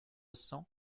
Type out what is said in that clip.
cents